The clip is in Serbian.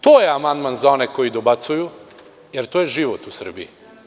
To je amandman za one koji dobacuju, jer to je život u Srbiji